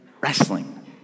wrestling